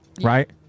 Right